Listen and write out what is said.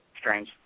Strange